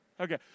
Okay